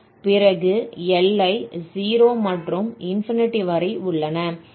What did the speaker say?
பிறகு எல்லை 0 மற்றும் வரை உள்ளன